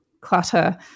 clutter